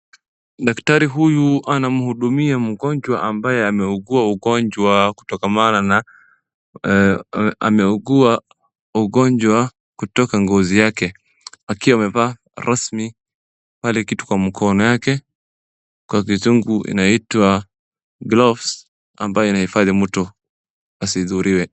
Daktari huyu anamhudumia mgonjwa ambaye ameugua ugonjwa kutokana na ameugua ugonjwa kutoka ngozi yake, akiwa amevaa rasmi pale kitu kwa mkono yake kwa kizungu inaitwa gloves ambayo inahifadhi mtu asizuiliwe.